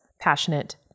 Passionate